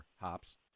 Hops